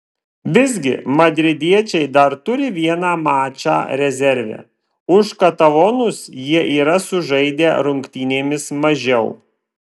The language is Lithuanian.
visgi madridiečiai dar turi vieną mačą rezerve už katalonus jie yra sužaidę rungtynėmis mažiau